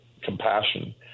compassion